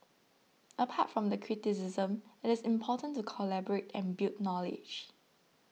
apart from the criticism it is important to collaborate and build knowledge